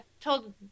told